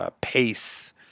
Pace